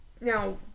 Now